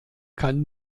kann